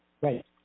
Right